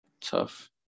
tough